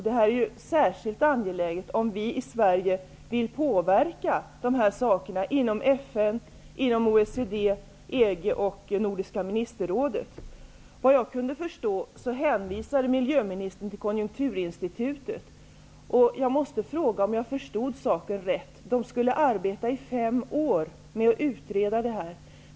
Det här är särskilt angeläget om vi i Sverige vill påverka dessa saker inom FN, OECD, EG och Nordiska ministerrådet. Såvitt jag kunde förstå, hänvisade miljöministern till Konjunkturinstitutet. Jag måste fråga om jag förstod saken rätt. Skulle de arbeta i fem år med att utreda detta?